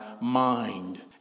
mind